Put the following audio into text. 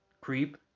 creep